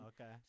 okay